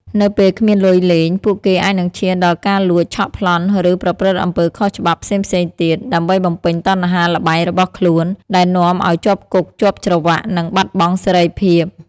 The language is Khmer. នៅពេលគ្មានលុយលេង ពួកគេអាចនឹងឈានដល់ការលួច ឆក់ ប្លន់ ឬប្រព្រឹត្តអំពើខុសច្បាប់ផ្សេងៗទៀត ដើម្បីបំពេញតណ្ហាល្បែងរបស់ខ្លួន ដែលនាំឲ្យជាប់គុកជាប់ច្រវាក់ និងបាត់បង់សេរីភាព។